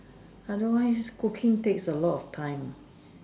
otherwise cooking takes a lot of time